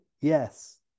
yes